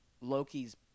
Loki's